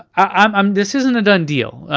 um um this isn't a done deal.